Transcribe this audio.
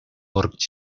gorg